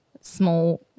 small